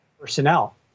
personnel